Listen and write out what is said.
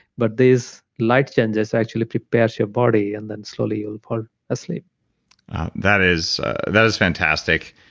but these light changes actually prepares your body and then slowly you'll fall asleep that is that is fantastic.